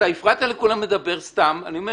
אבל עודד,